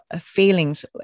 feelings